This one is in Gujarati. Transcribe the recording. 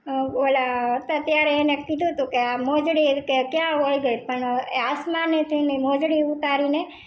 ઓલા હતા ત્યારે એને કીધું તું કે આ મોજડી કે ક્યાં ચાલી ગઈ પણ આસમાનેથી એ મોજડી ઉતારીને